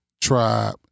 Tribe